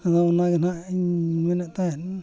ᱟᱫᱚ ᱚᱱᱟᱜᱮ ᱱᱟᱦᱟᱜ ᱤᱧ ᱢᱮᱱᱮᱫ ᱛᱟᱦᱮᱱ